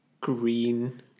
Green